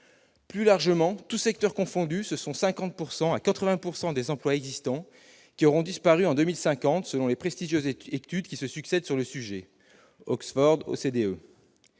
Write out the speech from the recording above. Plus largement, tous secteurs confondus, ce sont de 50 % à 80 % des emplois existants qui auront disparu en 2050, selon les études qui se succèdent sur le sujet, par